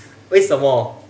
为什么